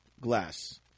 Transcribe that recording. glass